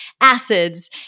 acids